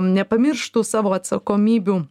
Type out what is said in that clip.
nepamirštų savo atsakomybių